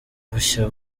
bushya